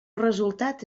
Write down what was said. resultat